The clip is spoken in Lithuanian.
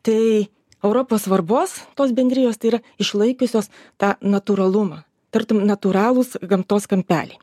tai europos svarbos tos bendrijos tai yra išlaikiusios tą natūralumą tartum natūralūs gamtos kampeliai